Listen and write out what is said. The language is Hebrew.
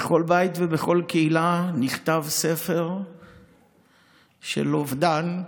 בכל בית ובכל קהילה נכתב ספר של אובדן,